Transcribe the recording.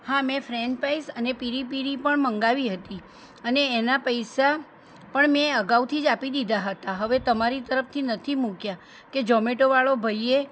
હા મે french fries અને પિરિ પિરિ પણ મંગાવી હતી અને એના પૈસા પણ મેં અગાઉથી જ આપી દીધાં હતાં હવે તમારી તરફથી નથી મૂક્યા કે ઝોમેટો વાળો ભાઈએ